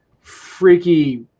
freaky